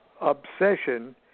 obsession